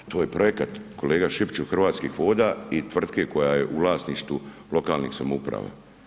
Pa to je projekat, kolega Šipić, Hrvatskih voda i tvrtke koja je u vlasništvu lokalnih samouprava.